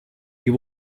you